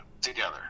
together